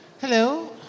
Hello